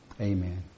amen